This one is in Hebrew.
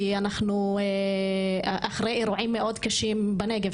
כי אנחנו אחרי אירועים מאוד קשים בנגב.